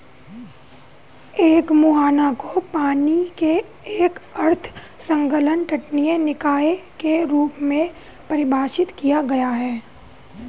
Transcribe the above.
एक मुहाना को पानी के एक अर्ध संलग्न तटीय निकाय के रूप में परिभाषित किया गया है